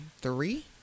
three